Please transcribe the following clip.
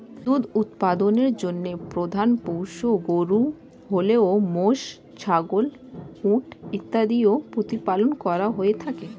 দুধ উৎপাদনের জন্য প্রধান পশু গরু হলেও মোষ, ছাগল, উট ইত্যাদিও প্রতিপালন করা হয়ে থাকে